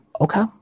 okay